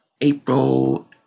April